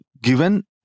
given